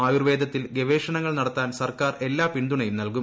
ആയുർവേദത്തിൽ ഗവേഷണങ്ങൾ നടത്താൻ സർക്കാർ എല്ലാ പിന്തുണയും നൽകും